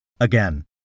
again